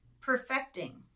perfecting